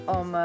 om